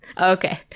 okay